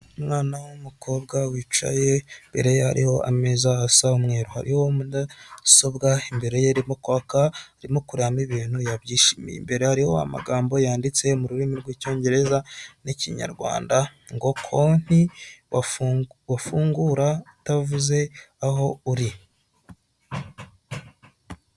Umwana w'umukobwa wicaye imbere ye hariho ameza asa umweru hariho mudasobwa imbere ye irimo kwaka arimo kurebamo ibintu yabyishimiye mbere hariho amagambo yanditse mu rurimi rw'icyongereza n'ikinyarwanda ngo konti wafungura utavuze aho uri.